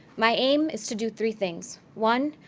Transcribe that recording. my aim is to do three things. one,